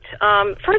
First